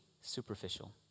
superficial